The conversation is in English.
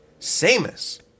Samus